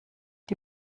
die